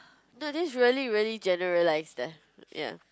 no just really really generalised ah ya